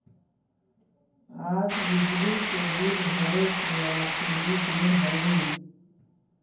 आज बिजली के बिल भरे के आखिरी दिन हई